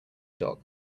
dock